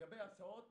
לגבי הסעות